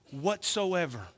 whatsoever